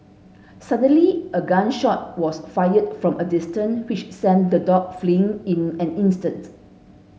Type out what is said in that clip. suddenly a gun shot was fired from a distance which sent the dog fleeing in an instant